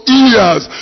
ears